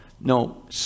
no